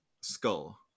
Skull